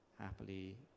happily